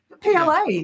PLA